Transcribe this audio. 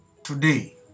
Today